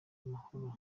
amahoro